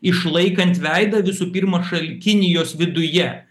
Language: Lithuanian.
išlaikant veidą visų pirma šal kinijos viduje